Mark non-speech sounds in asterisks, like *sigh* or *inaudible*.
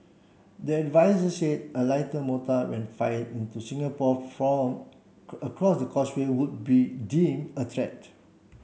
the adviser said a lighter mortar when fired into Singapore from *unintelligible* across the Causeway would be deemed a threat